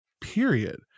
period